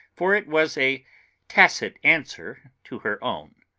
for it was a tacit answer to her own.